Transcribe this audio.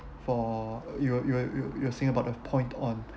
for you will you will you will you will saying about a point on